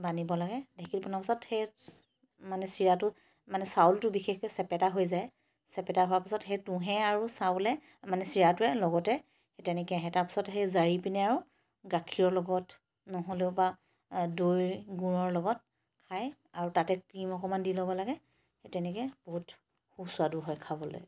বানিব লাগে ঢেকীত বনা পাছত সেই মানে চিৰাটো মানে চাউলটো বিশেষকৈ চেপেটা হৈ যায় চেপেটা হোৱা পাছত সেই তুঁহে আৰু চাউলে মানে চিৰাটোৱে লগতে সেই তেনেকৈ আহে তাৰপিছত সেই জাৰি পিনে আৰু গাখীৰৰ লগত নহ'লেও বা দৈ গুৰৰ লগত খায় আৰু তাতে ক্ৰীম অকণমান দি ল'ব লাগে সেই তেনেকৈ বহুত সুস্বাদু হয় খাবলৈ